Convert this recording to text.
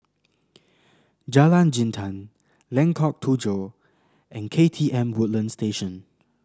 Jalan Jintan Lengkok Tujoh and K T M Woodlands Station